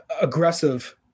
aggressive